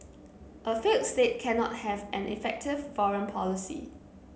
a failed state cannot have an effective foreign policy